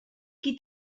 qui